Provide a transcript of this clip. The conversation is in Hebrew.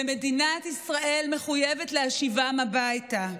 ומדינת ישראל מחויבת להשיבם הביתה.